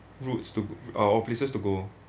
routes to our all places to go